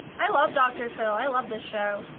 i love dr. phil. i love this show.